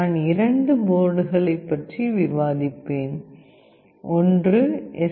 நான் இரண்டு போர்டுகளைப் பற்றி விவாதிப்பேன் ஒன்று எஸ்